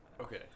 Okay